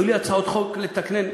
היו לי הצעת חוק לתקנן,